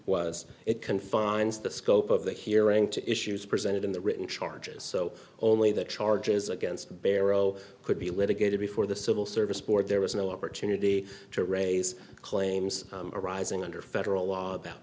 was it confines the scope of the hearing to issues presented in the written charges so only the charges against barrow could be litigated before the civil service board there was no opportunity to raise claims arising under federal law about